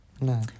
No